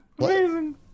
Amazing